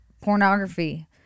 pornography